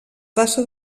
tassa